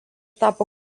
tapo